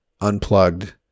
unplugged